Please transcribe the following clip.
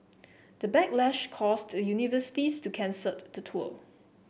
the backlash caused the universities to cancel the tour